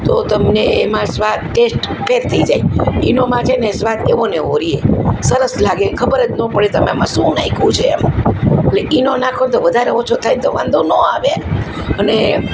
તો તમને એમાં સ્વાદ ટેસ્ટ ફેર થઈ જાય ઈનોમાં છે ને સ્વાદ એવો ને એવો રહે સરસ લાગે ખબર જ ન પડે તમે આમાં શું નાખ્યું છે એમ એટલે ઇનો નાખો તો વધારે ઓછો થાય તો વાંધો ન આવે અને